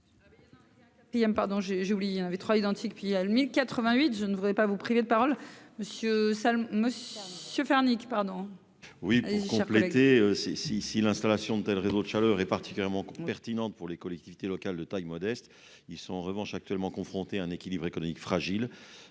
on avait 3 identique, puis à 1088 je ne voudrais pas vous priver de parole monsieur ça me je faire pardon. Oui, pour compléter c'est si si l'installation de tels réseaux de chaleur est particulièrement pertinente pour les collectivités locales de taille modeste, ils sont en revanche actuellement confrontés un équilibre économique fragile,